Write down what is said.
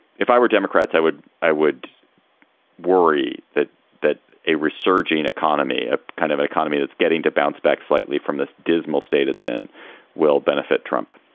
if i were democrats, i would i would worry that that a resurging economy, a kind of economy that's getting to bounce back slightly from from this dismal state it's in will benefit trump.